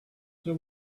there